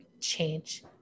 change